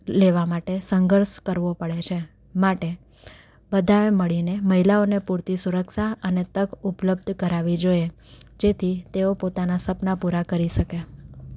લેવા માટે સંઘર્ષ કરવો પડે છે માટે બધાએ મળીને મહિલાઓને પૂરતી સુરક્ષા અને તક ઉપલબ્ધ કરાવવી જોઈએ જેથી તેઓ પોતાના સપના પૂરા કરી શકે